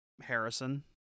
Harrison